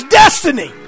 destiny